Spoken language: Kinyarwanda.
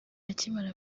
akimara